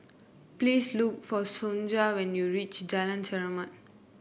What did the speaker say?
please look for Sonja when you reach Jalan Chermat